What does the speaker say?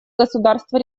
государства